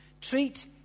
treat